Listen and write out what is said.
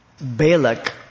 Balak